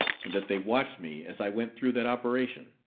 and that they watched me as i went through that operation.